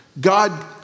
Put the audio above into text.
God